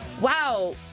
wow